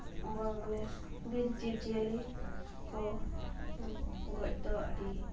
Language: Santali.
ᱢᱟᱱᱮ ᱵᱤᱨ ᱡᱤᱵᱽᱼᱡᱤᱭᱟᱹᱞᱤ ᱠᱚ ᱜᱚᱡ ᱫᱚ ᱟᱹᱰᱤ